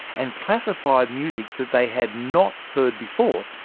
and classify music that they had not heard before,